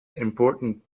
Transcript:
important